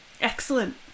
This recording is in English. excellent